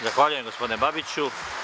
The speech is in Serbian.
Zahvaljujem gospodine Babiću.